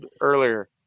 earlier